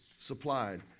supplied